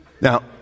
Now